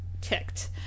ticked